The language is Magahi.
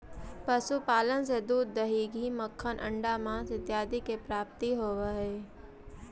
पशुपालन से दूध, दही, घी, मक्खन, अण्डा, माँस इत्यादि के प्राप्ति होवऽ हइ